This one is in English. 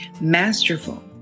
masterful